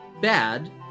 bad